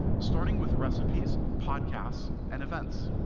starting with recipes, podcasts, and events.